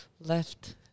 left